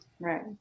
right